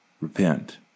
repent